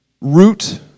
root